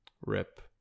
Rip